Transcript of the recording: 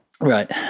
right